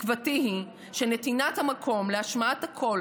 תקוותי היא שנתינת המקום להשמעת הקול